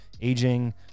aging